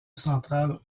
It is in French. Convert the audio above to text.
central